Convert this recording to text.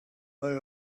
they